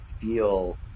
feel